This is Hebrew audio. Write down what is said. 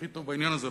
הכי טוב בעניין הזה,